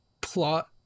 plot